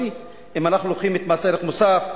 אם אנחנו לוקחים את מס ערך מוסף,